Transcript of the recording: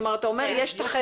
כלומר אתה אומר יש את החדר.